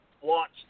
watch